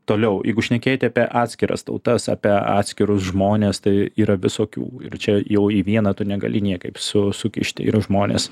toliau jeigu šnekėti apie atskiras tautas apie atskirus žmones tai yra visokių ir čia jau į vieną tu negali niekaip su sukišti yra žmonės